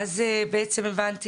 ואז בעצם הבנתי